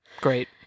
Great